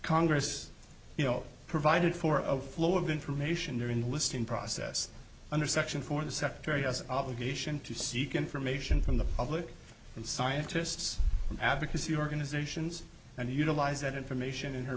congress you know provided for of flow of information there in the listing process under section four the secretary has an obligation to seek information from the public and scientists from advocacy organizations and utilize that information in her